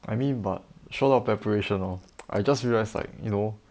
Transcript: I mean but 说到 preparation hor I just realise like you know